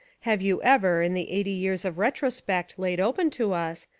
have you ever, in the eighty years of retrospect laid open to us,